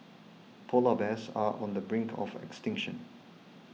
Polar Bears are on the brink of extinction